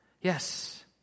Yes